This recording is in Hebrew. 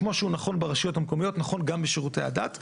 כמו שהוא נכון ברשויות המקומיות נכון גם בשירותי הדת.